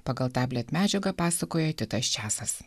pagal tablet medžiagą pasakoja titas česas